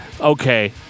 okay